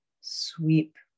Sweep